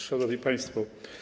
Szanowni Państwo!